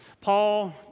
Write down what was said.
Paul